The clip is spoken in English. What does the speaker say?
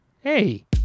Hey